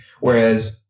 Whereas